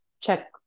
check